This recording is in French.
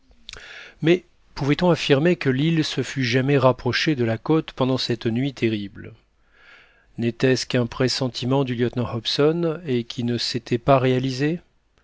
mais pouvait-on affirmer que l'île se fût jamais rapprochée de la côte pendant cette nuit terrible n'était-ce qu'un pressentiment du lieutenant hobson et qui ne s'était pas réalisé